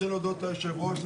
רוצה להודות ליושב הראש,